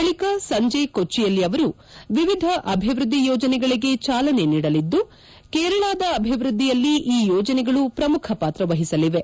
ಬಳಿಕ ಸಂಜೆ ಕೊಟ್ಟಿಯಲ್ಲಿ ಅವರು ವಿವಿಧ ಅಭಿವೃದ್ದಿ ಯೋಜನೆಗಳಿಗೆ ಚಾಲನೆ ನೀಡಲಿದ್ದು ಕೇರಳದ ಅಭಿವೃದ್ದಿಯಲ್ಲಿ ಈ ಯೋಜನೆಗಳು ಪ್ರಮುಖ ಪಾತ್ರ ವಹಿಸಲಿವೆ